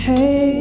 Hey